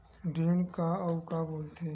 ऋण का अउ का बोल थे?